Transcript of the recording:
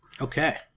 Okay